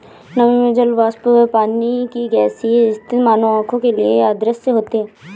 नमी में जल वाष्प पानी की गैसीय स्थिति मानव आंखों के लिए अदृश्य होती है